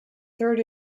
third